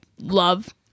love